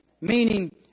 Meaning